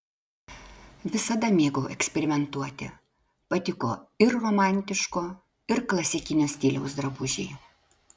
visada mėgau eksperimentuoti patiko ir romantiško ir klasikinio stiliaus drabužiai